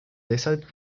deshalb